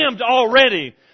already